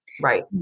Right